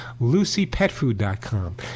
LucyPetFood.com